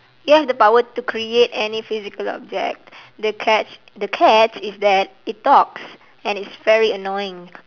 you have the power to create any physical object the catch the catch is that it talks and it's very annoying